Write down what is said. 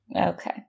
Okay